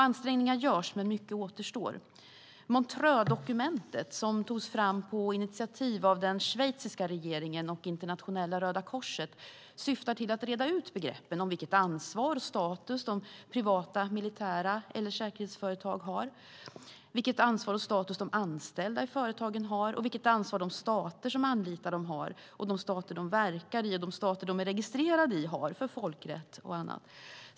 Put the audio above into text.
Ansträngningar görs, men mycket återstår. Montreuxdokumentet, som togs fram på initiativ av den schweiziska regeringen och Internationella Röda korset, syftar till att reda ut begreppen - vilket ansvar och status de privata militära eller säkerhetsföretag har, vilket ansvar och status de anställda i företagen har och vilket ansvar de stater som anlitar dem, de stater de verkar i och de stater de är registrerade i har för folkrätt och annat.